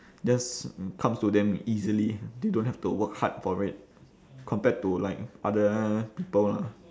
just comes to them easily they don't have to work hard for it compared to like other people lah